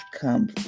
come